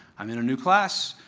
i'm in a new class.